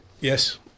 yes